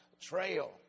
trail